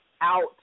out